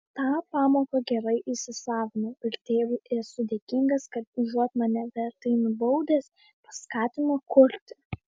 tą pamoką gerai įsisavinau ir tėvui esu dėkingas kad užuot mane vertai nubaudęs paskatino kurti